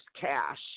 cash